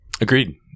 agreed